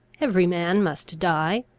every man must die.